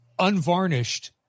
unvarnished